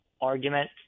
argument